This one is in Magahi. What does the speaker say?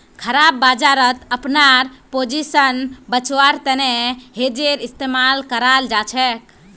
खराब बजारत अपनार पोजीशन बचव्वार तने हेजेर इस्तमाल कराल जाछेक